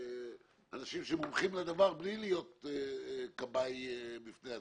האם אפשר להשתמש יותר באנשים שמומחים לדבר בלי להיות כבאי בפני עצמו?